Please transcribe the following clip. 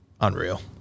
unreal